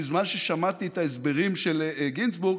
בזמן ששמעתי את ההסברים של גינזבורג,